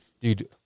Dude